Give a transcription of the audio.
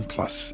Plus